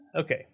Okay